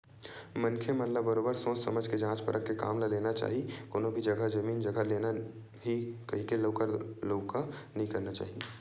मनखे मन ल बरोबर सोझ समझ के जाँच परख के काम ल लेना चाही कोनो भी जघा जमीन जघा लेना ही हे कहिके लकर लउहा नइ करना चाही